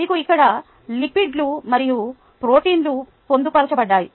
మీకు ఇక్కడ లిపిడ్లు మరియు ప్రోటీన్లు పొందుపరచబడ్డాయి